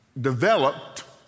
developed